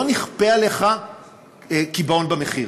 לא נכפה עליך קיבעון במחיר.